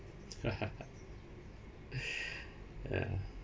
ya